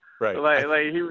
Right